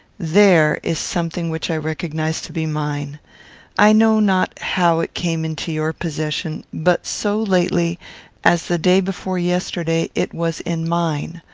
there is something which i recognise to be mine i know not how it came into your possession, but so lately as the day before yesterday it was in mine.